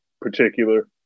particular